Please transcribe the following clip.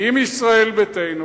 אם ישראל ביתנו,